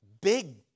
big